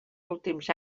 últims